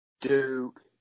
Duke